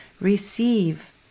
receive